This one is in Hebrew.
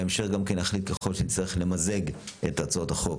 בהמשך נחליט, ככל שנצטרך למזג את הצעות החוק.